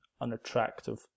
unattractive